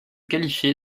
qualifié